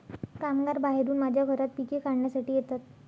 कामगार बाहेरून माझ्या घरात पिके काढण्यासाठी येतात